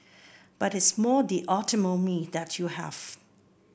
but it's more the autonomy that you have